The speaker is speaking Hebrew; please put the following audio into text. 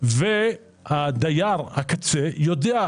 ודייר הקצה יודע,